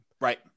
Right